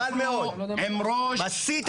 אנחנו עם ראש --- מסית את האוכלוסייה